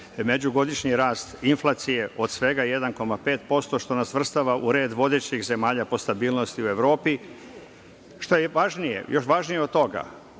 međugodišnji rast inflacije od svega 1,5%, što nas svrstava u red vodećih zemalja po stabilnosti u Evropi. Što je još važnije od toga,